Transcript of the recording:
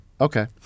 Okay